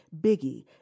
Biggie